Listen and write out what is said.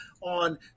on